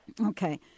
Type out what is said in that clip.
Okay